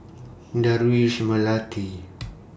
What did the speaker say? Dardwish Melati